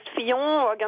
Fillon